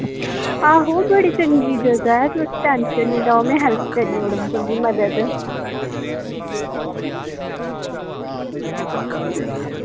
आहो बड़ी चंगी जगह ऐ तुस टेंशन निं लैओ में हेल्प करी ओडङन तुंदी मदद